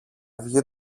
βγει